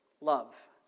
Love